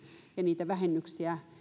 ja niitä vähennyksiä yrittäjävähennyksiä